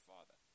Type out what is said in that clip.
Father